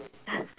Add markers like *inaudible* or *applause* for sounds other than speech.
*laughs*